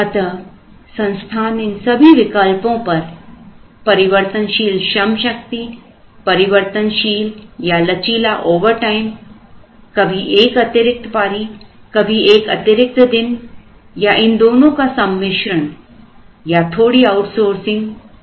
अतः संस्थान इन सभी विकल्पों पर परिवर्तनशील श्रम शक्ति परिवर्तनशील या लचीला ओवरटाइम कभी एक अतिरिक्त पारी कभी एक अतिरिक्त दिन या इन दोनों का सम्मिश्रण या थोड़ी आउटसोर्सिंग पर गौर करती है